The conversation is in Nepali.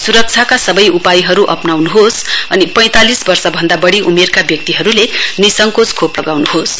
सुरक्षाका सबै उपायहरू अपनाउनुहोस् र अठारवर्ष भन्दा बढी उमेरका व्यक्तिहरूले निसंकोच खोप लगाउन्होस्